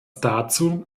dazu